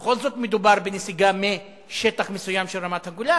בכל זאת מדובר בנסיגה משטח מסוים של רמת-הגולן,